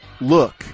look